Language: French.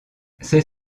c’est